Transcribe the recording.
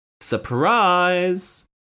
Surprise